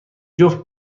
جفت